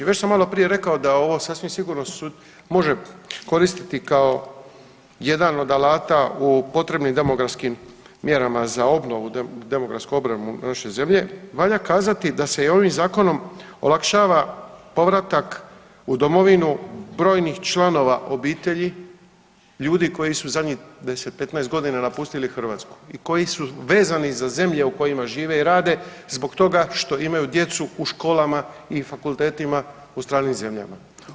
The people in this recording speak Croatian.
Već sam malo prije rekao da je ovo sasvim sigurno može koristiti kao jedan od alata u potrebnim demografskim mjerama za obranu, demografsku obranu naše zemlje valja kazati da se ovim zakonom olakšava povratak u Domovinu brojnih članova obitelji, ljudi koji su zadnjih 10, 15 godina napustili Hrvatsku i koji su vezani za zemlje u kojima žive i rade zbog toga što imaju djecu u školama i fakultetima u stranim zemljama.